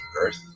earth